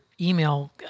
email